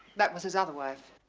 that was his other wife.